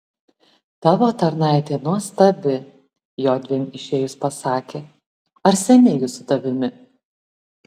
tavo tarnaitė nuostabi jodviem išėjus pasakė ar seniai ji su tavimi